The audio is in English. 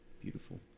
beautiful